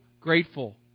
grateful